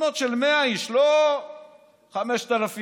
חתונות של 100 איש, לא 5,000 איש,